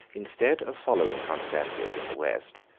instead of following constantius in the west,